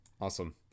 Awesome